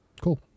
Cool